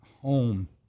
home